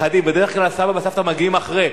בדרך כלל הסבא והסבתא מגיעים אחרי,